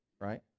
right